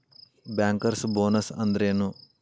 Bankers bonus ಅಂದ್ರೇನು?